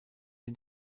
den